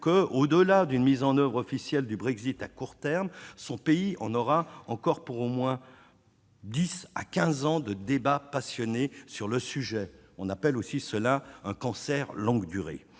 qu'au-delà d'une mise en oeuvre officielle du Brexit à court terme, son pays en aura encore au moins pour dix à quinze ans de débats passionnés sur le sujet. On appelle aussi cela un cancer de longue durée ...